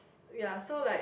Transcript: ya so like